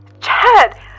Chad